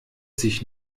sich